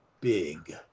big